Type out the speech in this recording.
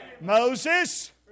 Moses